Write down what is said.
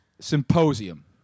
Symposium